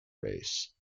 race